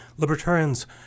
Libertarians